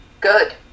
Good